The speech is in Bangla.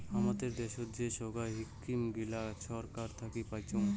হামাদের দ্যাশোত যে সোগায় ইস্কিম গিলা ছরকার থাকি পাইচুঙ